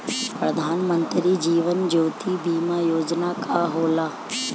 प्रधानमंत्री जीवन ज्योति बीमा योजना का होला?